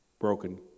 broken